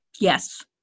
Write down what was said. Yes